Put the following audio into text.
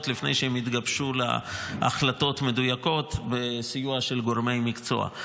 לפני שהן התגבשו להחלטות מדויקות בסיוע של גורמי מקצוע.